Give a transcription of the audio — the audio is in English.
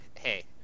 Hey